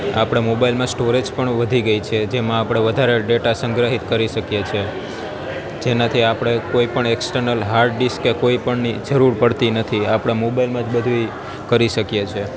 આપણે મોબાઇલમાં સ્ટોરેજ પણ વધી ગઈ છે જેમાં આપણે વધારે ડેટા સંગ્રહિત કરી શકીએ છીએ જેનાથી આપણે કોઈપણ એક્સટર્નલ હાર્ડડિસ્ક કે કોઈપણની જરૂર પડતી નથી આપડા મોબાઈલમાં જ બધુંય કરી શકીએ છીએ